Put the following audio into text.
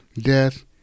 death